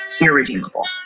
irredeemable